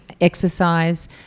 exercise